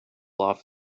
off